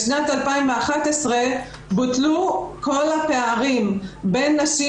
בשנת 2011 בוטלו כל הפערים בין נשים